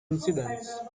incidents